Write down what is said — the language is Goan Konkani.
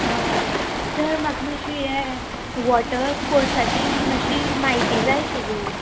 हय सर म्हाका मातशें हें वॉटर स्पोर्ट्साची मातशी म्हायती जाय आशिल्ली